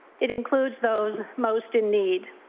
it includes those most in need.